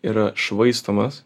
yra švaistomas